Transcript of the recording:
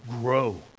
grow